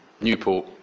Newport